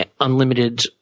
unlimited